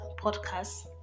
podcast